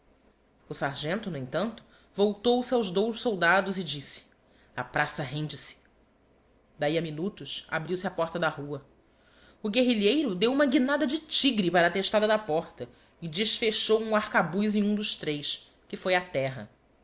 o sargento no entanto voltou-se aos dous soldados e disse a praça rende se d'ahi a minutos abriu-se a porta da rua o guerrilheiro deu uma guinada de tigre para a testada da porta e desfechou um arcabuz em um dos tres que foi a terra